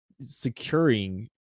securing